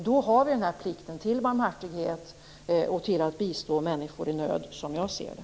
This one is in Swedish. Då har vi plikten till barmhärtighet och till att bistå människor i nöd, som jag ser det.